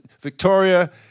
Victoria